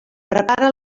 prepara